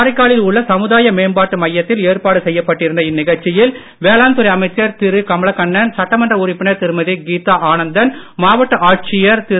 காரைக்காலில் உள்ள சமுதாய மேம்பாட்டு மையத்தில் ஏற்பாடு செய்யப்பட்டிருந்த இந்நிகழ்ச்சியில் வேளாண் துறை அமைச்சர் திரு கமலக்கண்ணன் சட்டமன்ற உறுப்பினர் திருமதி கீதா ஆனந்தன் மாவட்ட ஆட்சியர் திரு